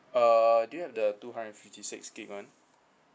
uh do you have the two hundred fifty six gig [one]